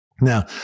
Now